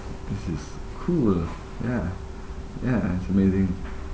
this is cool ya ya it's amazing